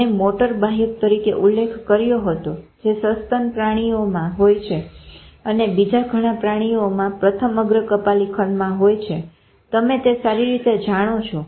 મેં મોટોર બાહ્યક તરીકે ઉલ્લેખ કર્યો હતો જે સસ્તન પ્રાણીઓમાં હોય છે અને બીજા ઘણા પ્રાણીઓમાં પ્રથમ અગ્ર કપાલી ખંડમાં હોય છે તમે તે સારી રીતે જાણો છો